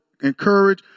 encourage